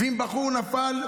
ואם בחור נפל,